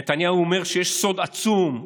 נתניהו אומר שיש סוד עצום,